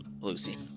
Lucy